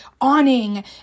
awning